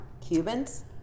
Cubans